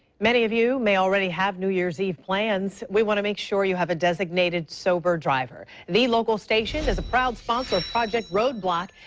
many of you may already have new year's eve plans. we want to make sure you have a designated sober driver. the local station is a proud sponsor of project road block.